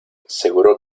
seguro